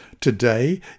Today